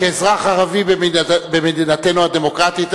כאזרח ערבי במדינתנו הדמוקרטית,